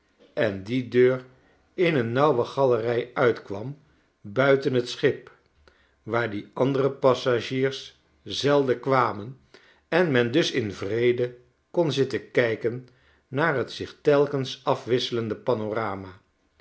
en die deur in een nauwe galerij uitkwam buiten t schip waar die andere passagiers zelden kwamen en men dus in vrede kon zitten kijken naar t zich telkens afwisselende panorama